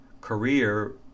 career